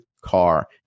car